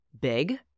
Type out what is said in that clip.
big